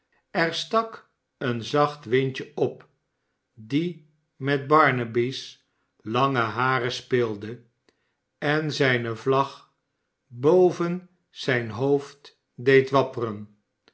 er stak een zacht windje op die met barnaby's lange haren speelde en zijne vlag boven zijn hoofd deed wapperen